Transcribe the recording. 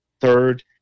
Third